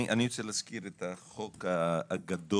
אני רוצה להזכיר את החוק הגדול,